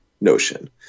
notion